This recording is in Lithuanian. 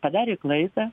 padarė klaidą